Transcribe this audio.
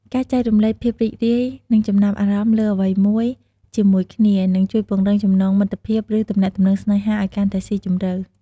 ការចែករំលែកភាពរីករាយ និងចំណាប់អារម្មណ៍លើអ្វីមួយជាមួយគ្នា នឹងជួយពង្រឹងចំណងមិត្តភាព ឬទំនាក់ទំនងស្នេហាឱ្យកាន់តែស៊ីជម្រៅ។